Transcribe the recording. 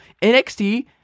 NXT